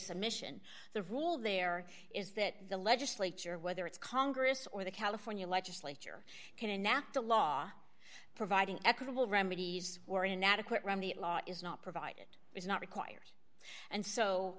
submission the rule there is that the legislature whether it's congress or the california legislature can enact a law providing equitable remedies or inadequate around the law is not provided it's not required and so